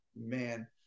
man